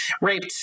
raped